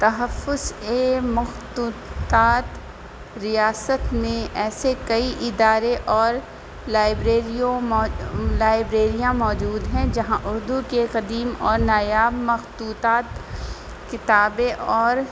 تحفظ مخطوطات ریاست میں ایسے کئی ادارے اور لائبریریوں لائبریریاں موجود ہیں جہاں اردو کے قدیم اور نایاب مخطوطات کتابیں اور